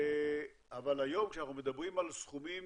אבל היום, כשאנחנו מדברים על סכומים